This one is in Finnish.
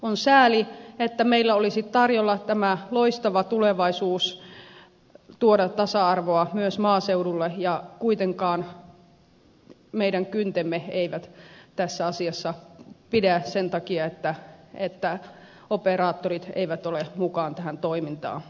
on sääli että meillä olisi tarjolla tämä loistava tulevaisuus tuoda tasa arvoa myös maaseudulle ja kuitenkaan meidän kyntemme eivät tässä asiassa pidä sen takia että operaattorit eivät ole mukaan tähän toimintaan lähteneet